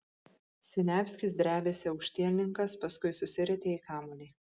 siniavskis drebėsi aukštielninkas paskui susirietė į kamuolį